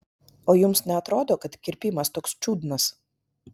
o jums neatrodo kad kirpimas toks čiudnas